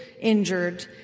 injured